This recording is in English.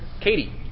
Katie